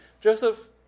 Joseph